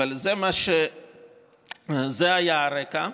זה היה הרקע.